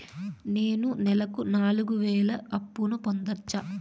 నేను నెలకు నాలుగు వేలు అప్పును పొందొచ్చా?